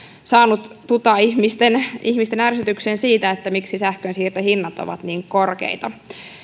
saanut tuta ihmisten ihmisten ärsytyksen siitä miksi sähkön siirtohinnat ovat niin korkeita